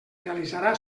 realitzarà